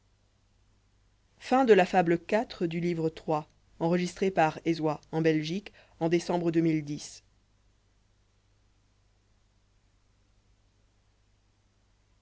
la fable de